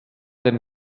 den